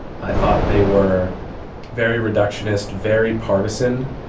i thought they were very reductionist very partisan.